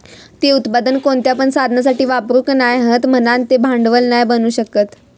ते उत्पादन कोणत्या पण साधनासाठी वापरूक नाय हत म्हणान ते भांडवल नाय बनू शकत